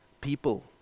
people